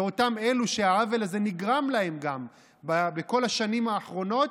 ואותם אלו שהעוול הזה נגרם להם גם בכל השנים האחרונות,